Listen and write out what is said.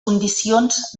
condicions